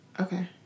Okay